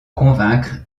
convaincre